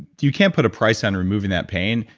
you can't put a price on removing that pain.